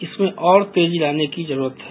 इसे और तेजी लाने की जरुरत है